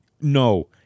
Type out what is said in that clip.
No